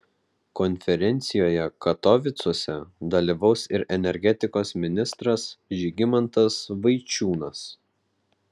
konferencijoje katovicuose dalyvaus ir energetikos ministras žygimantas vaičiūnas